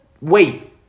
wait